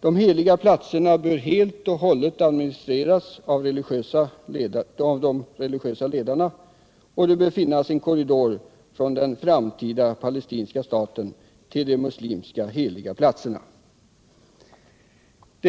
De heliga platserna bör helt och hållet administreras av de religiösa ledarna. Och det bör finnas en korridor från Det